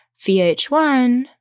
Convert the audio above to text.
VH1